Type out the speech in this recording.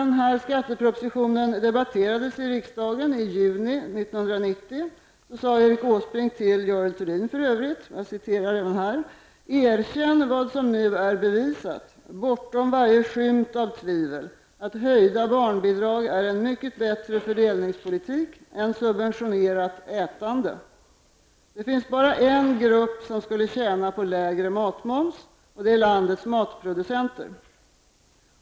När skattepropositionen debatterades i riksdagen i juni 1990 sade Erik Åsbrink till Görel Thurdin: ''Erkänn vad som nu är bevisat bortom varje skymt av tvivel, att höjda barnbidrag är en mycket bättre fördelningspolitik än subventionerat ätande. Det finns bara en grupp som skulle tjäna på lägre matmoms, och det är landets matproducenter.